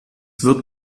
wird